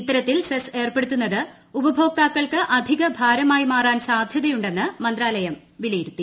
ഇത്തരത്തിൽ സെസ് ഏർപ്പെടുത്തുന്നത് ഉപഭോക്താക്കൾക്ക് അഅധികഭാരമായി മാറാൻ സാധ്യതയുണ്ടെന്ന് മന്ത്രാലയം വിലയിരുത്തി